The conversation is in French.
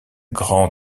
grand